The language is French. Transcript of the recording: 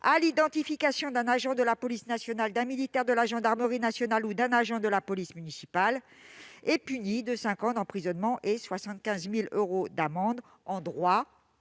à l'identification d'un agent de la police nationale, d'un militaire de la gendarmerie nationale ou d'un agent de la police municipale [...] est punie de cinq ans d'emprisonnement et de 75 000 euros d'amende. » En droit,